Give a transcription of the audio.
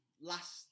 last